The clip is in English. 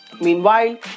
Meanwhile